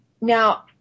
Now